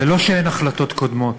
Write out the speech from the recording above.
ולא שאין החלטות קודמות,